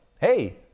Hey